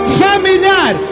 familiar